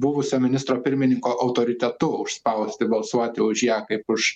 buvusio ministro pirmininko autoritetu užspausti balsuoti už ją kaip už